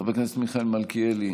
חבר הכנסת מיכאל מלכיאלי,